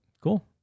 Cool